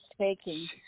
taking